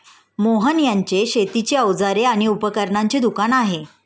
मोहन यांचे शेतीची अवजारे आणि उपकरणांचे दुकान आहे